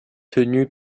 tenue